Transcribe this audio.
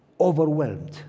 Overwhelmed